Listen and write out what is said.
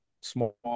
small